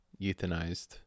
euthanized